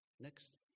Next